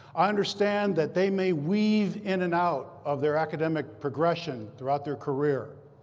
i understand that they may weave in and out of their academic progression throughout their career.